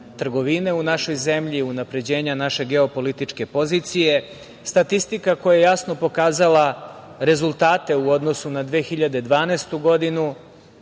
u našoj zemlji, unapređenja naše geopolitičke pozicije, statistika koja je jasno pokazala rezultate u odnosu na 2012. godinu,